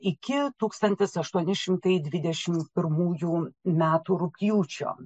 iki taūkstantis aštuoni šimtai dvidešimt pirmųjų metų rugpjūčio